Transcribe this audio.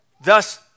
Thus